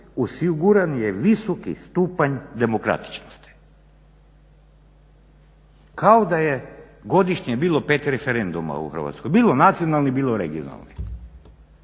osiguran je visoki stupanj demokratičnosti. Kao da je godišnje bilo pet referenduma u Hrvatskoj, bilo nacionalnih, bilo regionalnih.